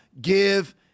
give